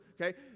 okay